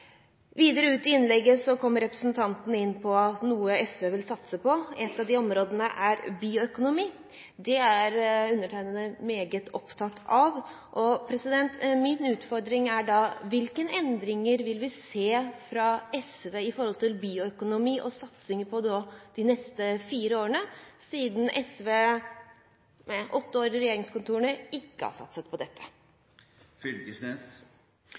Videre ute i innlegget kom representanten inn på at et av de områdene SV vil satse på, er bioøkonomi. Det er undertegnede meget opptatt av. Min utfordring er da: Hvilke endringer vil vi se fra SV med hensyn til bioøkonomi og satsing på det også de neste fire årene, siden SV, med åtte år i regjeringskontorene, ikke har satset på dette?